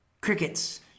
crickets